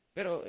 Pero